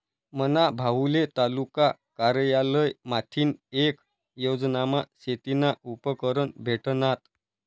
मना भाऊले तालुका कारयालय माथीन येक योजनामा शेतीना उपकरणं भेटनात